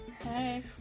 Hey